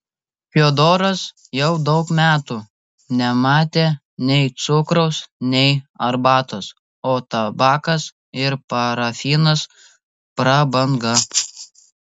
fiodoras jau daug metų nematė nei cukraus nei arbatos o tabakas ir parafinas prabanga